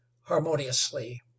harmoniously